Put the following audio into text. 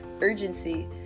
urgency